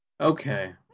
Okay